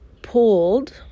pulled